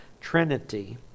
Trinity